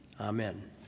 Amen